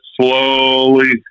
slowly